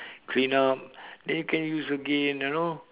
clean up then you can use again you know